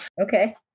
okay